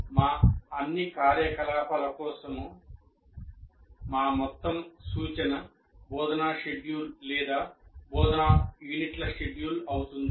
మా అన్ని కార్యకలాపాల కోసం మా మొత్తం సూచన బోధనా షెడ్యూల్ లేదా బోధనా యూనిట్ల షెడ్యూల్ అవుతుంది